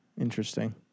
Interesting